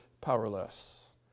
powerless